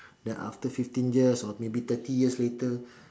then after fifteen years or maybe thirty years later